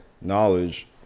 knowledge